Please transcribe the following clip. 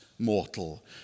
mortal